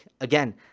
again